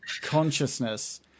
consciousness